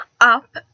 up